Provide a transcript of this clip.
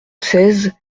seize